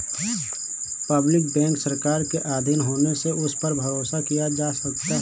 public bank सरकार के आधीन होने से उस पर भरोसा किया जा सकता है